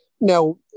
Now